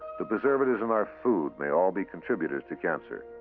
the preservatives in our food may all be contributors to cancer.